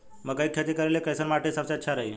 मकई के खेती करेला कैसन माटी सबसे अच्छा रही?